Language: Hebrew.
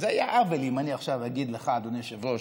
אז זה יהיה עוול אם אני עכשיו אגיד לך: אדוני היושב-ראש,